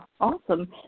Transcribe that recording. awesome